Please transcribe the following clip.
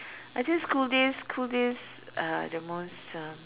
actually school days school days are the most uh